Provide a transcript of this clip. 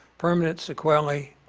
permanent sequelae,